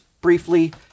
briefly